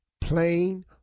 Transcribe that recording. Plain